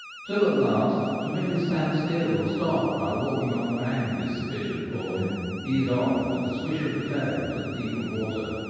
till at last to merely stand still or stop while walking on the bank is sufficient for him he is off with a swish of the tail to the deeper water,